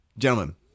Gentlemen